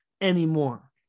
anymore